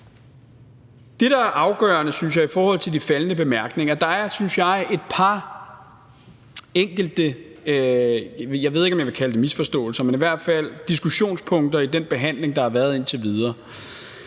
jeg synes er afgørende i forhold til de faldne bemærkninger, er, at der er et par enkelte, jeg ved ikke, om jeg vil kalde det misforståelser, men i hvert fald diskussionspunkter i den behandling, der har været indtil videre.